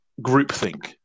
groupthink